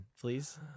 please